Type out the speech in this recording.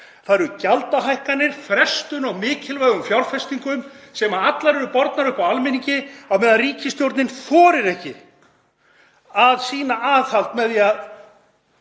eru gjaldahækkanir, frestun á mikilvægum fjárfestingum sem allar eru bornar uppi af almenningi á meðan ríkisstjórnin þorir ekki að sýna aðhald með því að